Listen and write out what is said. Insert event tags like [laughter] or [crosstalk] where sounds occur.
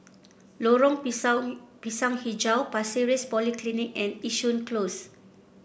Lorong [unintelligible] Pisang hijau Pasir Ris Polyclinic and Yishun Close